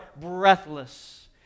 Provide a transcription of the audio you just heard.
breathless